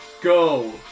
Go